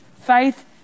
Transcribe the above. Faith